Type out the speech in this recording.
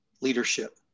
leadership